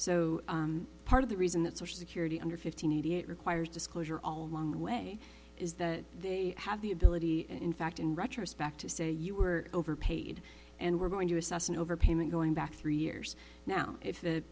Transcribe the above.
so part of the reason that social security under fifteen eighty eight requires disclosure all along the way is that they have the ability and in fact in retrospect to say you were overpaid and we're going to assess an overpayment going back three years now if